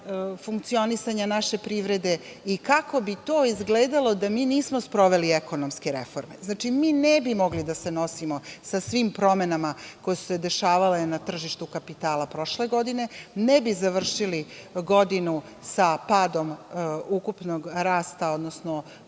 funkcionisanje naše privrede i kako bi to izgledalo da mi nismo sproveli ekonomske reforme. Znači, mi ne bi mogli da se nosimo sa svim promenama koje su se dešavale na tržištu kapitala prošle godine, ne bi završili godinu sa padom ukupnog rasta, odnosno